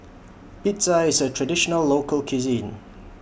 Pizza IS A Traditional Local Cuisine